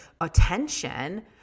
attention